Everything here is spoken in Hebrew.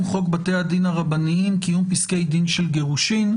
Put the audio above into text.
חוק בתי הדין הרבניים (קיום פסקי דין של גירושין).